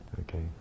Okay